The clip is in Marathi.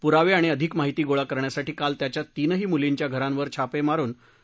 पुरावे आणि अधिक माहिती गोळा करण्यासाठी काल त्याच्या तीनही मुलींच्या घरांवर छापे मारून झडती घेण्यात आली